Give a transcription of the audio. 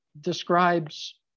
describes